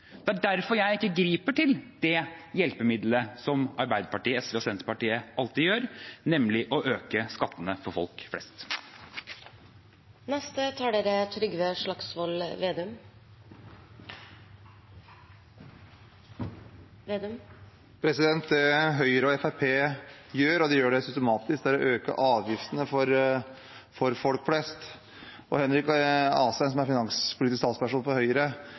Det er derfor jeg ikke griper til det hjelpemiddelet som Arbeiderpartiet, SV og Senterpartiet alltid gjør, nemlig å øke skattene for folk flest. Det Høyre og Fremskrittspartiet gjør, og de gjør det systematisk, er å øke avgiftene for folk flest. Henrik Asheim, som er finanspolitisk talsperson for Høyre,